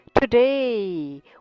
Today